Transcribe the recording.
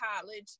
college